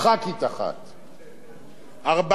ארבעה שרים, ברק,